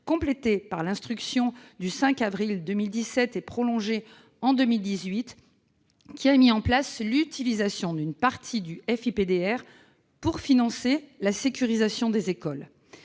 complétée par l'instruction du 5 avril 2017 et prolongée en 2018, qui a mis en place l'utilisation d'une partie du FIPDR pour financer la sécurisation des écoles.